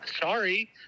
sorry